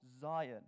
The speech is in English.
Zion